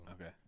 Okay